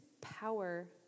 power